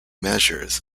measures